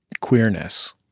queerness